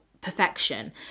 perfection